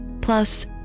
plus